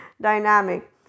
dynamic